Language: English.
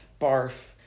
Barf